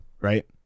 right